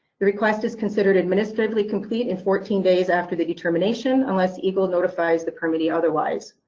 the request is considered administratively complete in fourteen days after the determination, unless egle notifies the permitee otherwise.